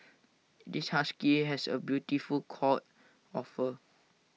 this husky has A beautiful coat of fur